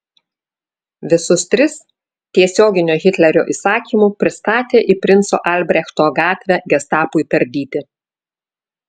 visus tris tiesioginiu hitlerio įsakymu pristatė į princo albrechto gatvę gestapui tardyti